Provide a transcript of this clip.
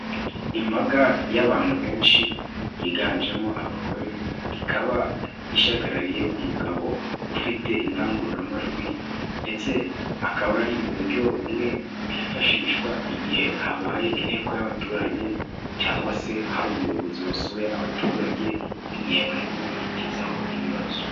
Imbaga y'abantu benshi yiganjemo abagore, ikaba ishagarariye umugabo ufite indangururamajwi ndetse akaba ari uburyo bumwe bwifashishwa igihe habaye inteko y'abaturage cyangwa se hari umuyobozi wasuye abaturage mu gihe barimo bamugezaho ibibazo.